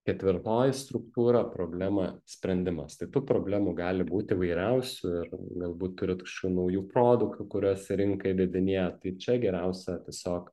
ketvirtoji struktūra problema sprendimas tai tų problemų gali būti įvairiausių ir galbūt turit kažkokių naujų produktų kuriuos į rinką įvedinėjat tai čia geriausia tiesiog